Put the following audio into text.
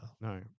No